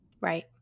right